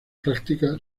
práctica